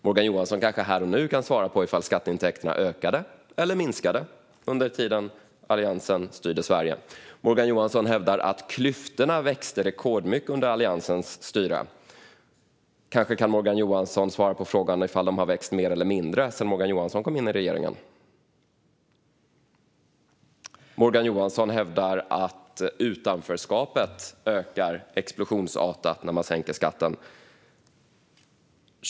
Morgan Johansson kanske här och nu kan svara på om skatteintäkterna ökade eller minskade under tiden då Alliansen styrde Sverige. Morgan Johansson hävdar att klyftorna växte rekordmycket under Alliansens styre. Kanske kan Morgan Johansson svara på frågan om de har växt mer eller mindre sedan han kom in i regeringen. Morgan Johansson hävdar att utanförskapet ökar explosionsartat när man sänker skatten.